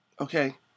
Okay